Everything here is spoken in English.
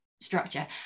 structure